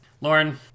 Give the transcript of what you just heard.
Lauren